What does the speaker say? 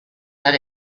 that